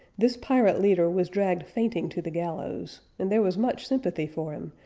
this pirate leader was dragged fainting to the gallows, and there was much sympathy for him,